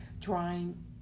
trying